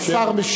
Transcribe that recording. חברי הטובים,